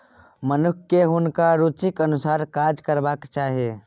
मनुखकेँ हुनकर रुचिक अनुसारे काज करबाक चाही